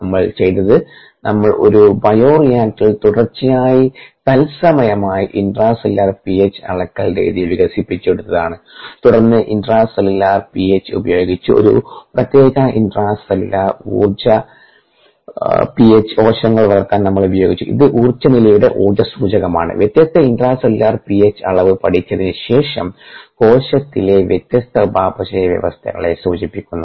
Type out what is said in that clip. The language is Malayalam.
നമ്മൾ ചെയ്തത് നമ്മൾ ഒരു ബയോറിയാക്ടറിൽ തുടർച്ചയായി തൽസമയമായി ഇൻട്രാ സെല്ലുലാർ പിഎച്ച് അളക്കൽ രീതി വികസിപ്പിച്ചെടുത്തതാണ് തുടർന്ന് ഇൻട്രാ സെല്ലുലാർ പിഎച്ച് ഉപയോഗിച്ച് ഒരു പ്രത്യേക ഇൻട്രാസെല്ലുലാർ പിഎച്ചിൽ കോശങ്ങൾ വളർത്താൻ നമ്മൾ ഉപയോഗിച്ചു ഇത് ഊർജ്ജ നിലയുടെ സൂചകമാണ് വ്യത്യസ്ത ഇൻട്രാസെല്ലുലാർ പിഎച്ച് അളവ് പഠിച്ചതിന് ശേഷം കോശത്തിലെ വ്യത്യസ്ത ഉപാപചയ അവസ്ഥകളെ സൂചിപ്പിക്കുന്നു